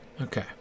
Okay